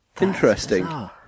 interesting